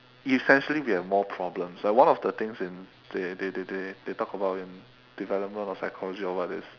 essentially we have more problems like one of the things in they they they they they talk about in development of psychology or what is